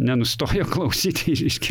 nenustojo klausyti reiškia